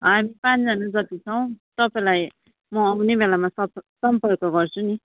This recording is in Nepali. हामी पाँचजना जति छौँ तपाईँलाई म आउने बेलामा सम् सम्पर्क गर्छु नि